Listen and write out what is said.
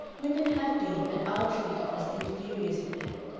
women have been and are treated as the inferiors of men,